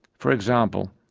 for example,